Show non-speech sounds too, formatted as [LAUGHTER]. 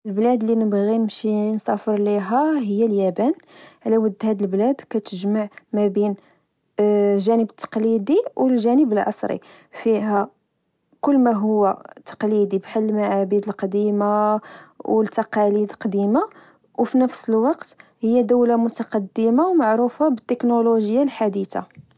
البلاد لنبغي نمشي نسافر ليها هي اليابان، على ود هاد البلاد كتجمع مابين [HESITATION] الجانب التقليدي و الجانب العصري، فيها كل ماهو تقليدي بحال المعابد القديمة أو التقاليد قديمة و في نفس الوقت هي دولة متقدمة، ومعروفة بالتكنولوجيا الحديتة